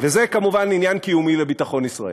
וזה כמובן עניין קיומי לביטחון ישראל.